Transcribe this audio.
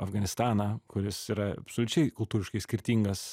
afganistaną kuris yra absoliučiai kultūriškai skirtingas